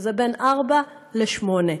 שזה בין 16:00 ל-20:00,